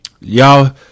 Y'all